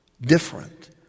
different